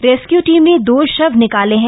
rescue team ने द शव निकाले हैं